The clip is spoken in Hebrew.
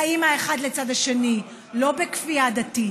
חיים האחד לצד השני, לא בכפייה דתית.